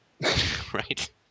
Right